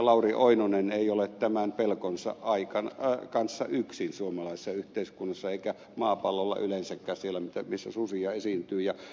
lauri oinonen ei ole tämän pelkonsa kanssa yksin suomalaisessa yhteiskunnassa eikä maapallolla yleensäkään siellä missä susia esiintyy